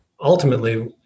ultimately